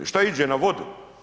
Šta iđe na vodu.